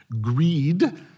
Greed